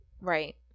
right